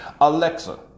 Alexa